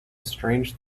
strange